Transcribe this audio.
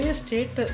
state